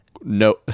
No